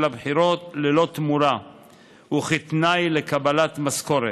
הבחירות ללא תמורה וכתנאי לקבלת משכורת,